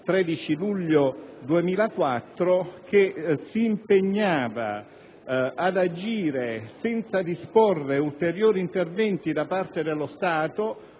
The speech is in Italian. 13 luglio 2004, che si impegnava ad agire senza disporre ulteriori interventi da parte dello Stato